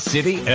City